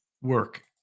work